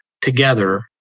together